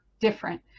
different